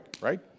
right